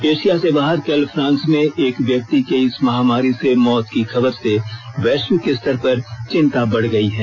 Asia से बाहर कल फ्रांस में एक व्यक्ति के इस महामारी से मौत की खबर से वैश्विक स्तर पेर चिंता बढ़ गई है